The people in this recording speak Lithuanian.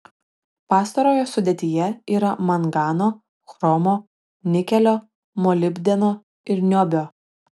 pastarojo sudėtyje yra mangano chromo nikelio molibdeno ir niobio